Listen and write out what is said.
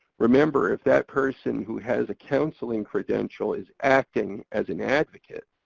remember if that person who has a counseling credential is acting as an advocate.